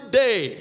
day